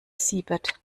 siebert